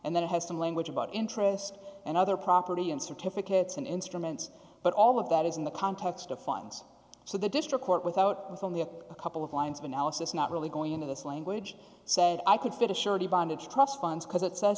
and that it has some language about interest and other property and certificates and instruments but all of that is in the context of funds so the district court without with only a couple of lines of analysis not really going into this language said i could fit a surety bond of trust funds because it says